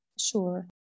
Sure